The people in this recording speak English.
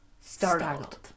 Startled